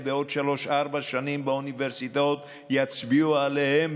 בעוד שלוש-ארבע שנים באוניברסיטאות יצביעו עליהם,